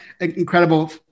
incredible